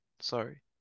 Sorry